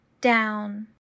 down